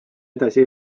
edasi